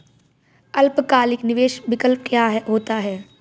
अल्पकालिक निवेश विकल्प क्या होता है?